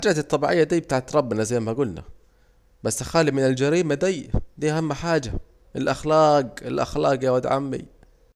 الكوارس الطبيعية دي حاجة بتاعت ربنا، انما الجريمة دي، دي اهم حاجة، الاخلاج يا واد عمي